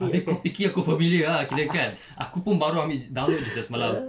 abeh kau fikir aku familiar ah kirakan aku pun baru ambil download jer semalam